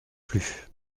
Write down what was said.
plus